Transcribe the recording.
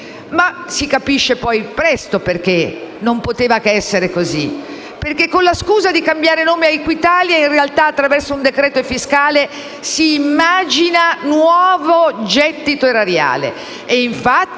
Ma si capisce poi presto perché non poteva che essere così: con la scusa di cambiare nome a Equitalia, in realtà, attraverso un decreto-legge fiscale si immagina nuovo gettito erariale,